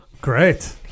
Great